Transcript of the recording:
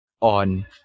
on